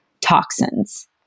toxins